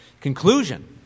Conclusion